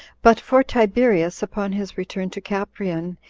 but for tiberius, upon his return to caprein,